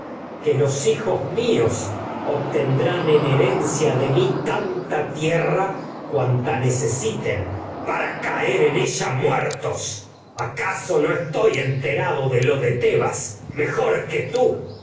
que los hijos míos obten mí en de tanta tierra cuanta necesiten para lo caer en ella muertos acaso no estoy enterado de en de tebas de mejor que tú